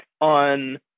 on